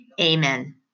Amen